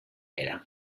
era